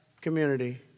community